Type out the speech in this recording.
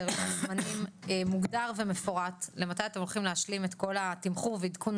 לוח זמנים מוגדר ומפורט למתי אתם הולכים להשלים את כל התמחור ועדכון